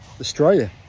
australia